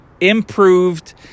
Improved